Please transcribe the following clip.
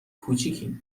کوچیکی